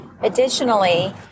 Additionally